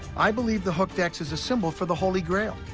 i believe the hooked x is a symbol for the holy grail,